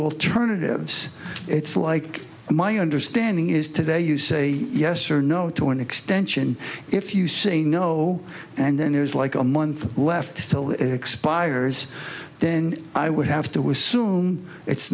alternatives it's like my understanding is today you say yes or no to an extension if you say no and then there's like a month left till the expires then i would have to assume it's